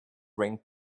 ring